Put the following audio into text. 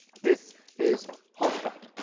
this is hallstatt,